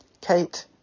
Kate